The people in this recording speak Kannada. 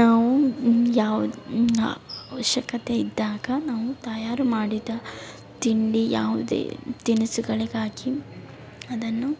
ನಾವು ಯಾವ್ದು ಅವಶ್ಯಕತೆ ಇದ್ದಾಗ ನಾವು ತಯಾರು ಮಾಡಿದ ತಿಂಡಿ ಯಾವುದೇ ತಿನಿಸುಗಳಿಗಾಗಿ ಅದನ್ನು